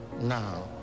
Now